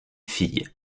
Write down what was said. fille